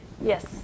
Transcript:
Yes